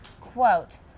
quote